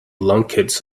lunkheads